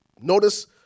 Notice